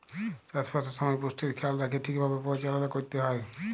চাষবাসের সময় পুষ্টির খেয়াল রাইখ্যে ঠিকভাবে পরিচাললা ক্যইরতে হ্যয়